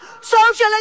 socialist